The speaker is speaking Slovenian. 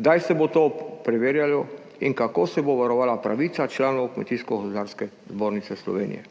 kdaj se bo to preverjalo in kako se bo varovala pravica članov Kmetijsko gozdarske zbornice Slovenije.